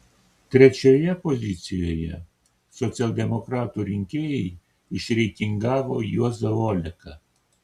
trečioje pozicijoje socialdemokratų rinkėjai išreitingavo juozą oleką